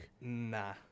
Nah